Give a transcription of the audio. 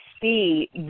see